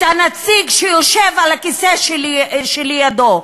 את הנציג שיושב על הכיסא שלידו,